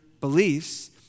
beliefs